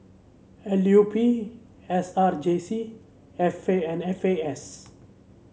L U P S R J C F A and F A S